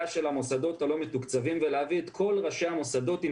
של המוסדות הלא מתוקצבים ולהביא את כל ראשי המוסדות אם